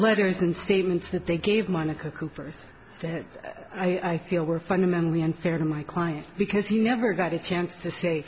letters and statements that they gave monaco cooper's that i think were fundamentally unfair to my client because he never got a chance to say